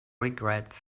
regrets